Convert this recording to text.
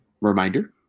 reminder